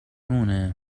مونه